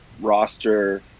roster